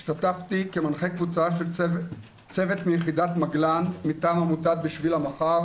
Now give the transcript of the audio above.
השתתפתי כמנחה קבוצה של צוות מיחידת מגלן מטעם עמותת 'בשביל המחר'